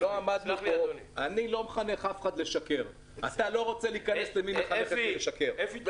חזקה על מורה שלוקח כל כך הרבה כסף מתלמיד שכאשר הוא פונה